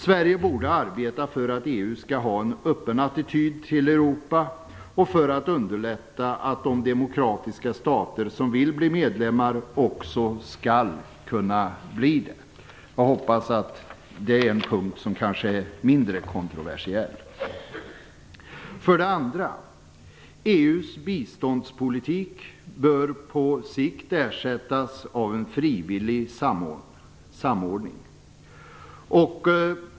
Sverige borde arbeta för att EU skall ha en öppen attityd till Europa och för att underlätta att de demokratiska stater som vill bli medlemmar också skall kunna bli det. Jag hoppas att det är en punkt som kanske är mindre kontroversiell. 2. EU:s biståndspolitik bör på sikt ersättas av en frivillig samordning.